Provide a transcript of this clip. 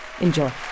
Enjoy